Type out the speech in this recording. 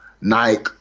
Nike